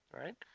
Right